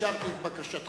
אישרתי את בקשת